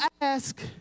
ask